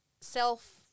self